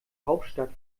hauptstadt